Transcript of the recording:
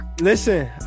listen